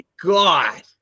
god